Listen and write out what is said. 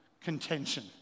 contention